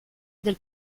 del